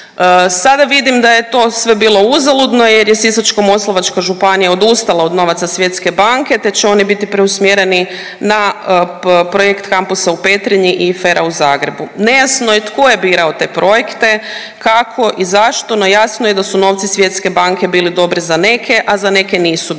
Sada vidim da je to sve bilo uzaludno jer je Sisačko-moslavačka županija odustala od novaca Svjetske banke te će oni biti preusmjereni na projekt Kampusa u Petrinji i FER-a u Zagrebu. Nejasno je tko je birao te projekte, kako i zašto no jasno je da su novci Svjetske banke bili dobri za neke, a za neke nisu bili